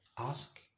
Ask